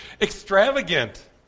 extravagant